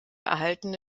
erhaltene